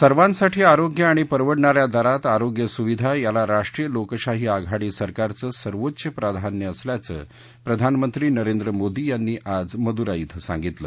सर्वांसाठी आरोग्य आणि परवडणा या दरात आरोग्य सुविधा यांला राष्ट्रीय लोकशाही आघाडी सरकारचं सर्वोच्च प्रधान्य असल्याचं प्रधानमंत्री नरेंद्र मोदी यांनी आज मदुरई क्रं सांगितलं